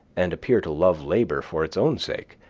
and appear to love labor for its own sake,